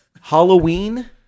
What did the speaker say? Halloween